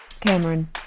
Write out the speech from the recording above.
Cameron